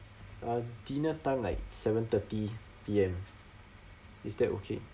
uh dinner time like seven thirty P_M is that okay